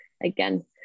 again